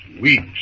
weeks